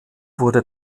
wurde